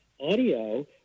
audio